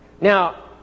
Now